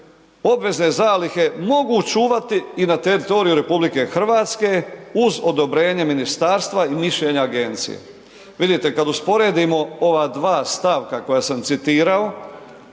obvezne zalihe mogu čuvati i na teritoriju RH uz odobrenje ministarstva i mišljenje agencije. Vidite kad usporedimo ova dva stavka koja sam citirao